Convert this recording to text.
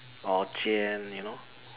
orh-jian you know